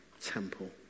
temple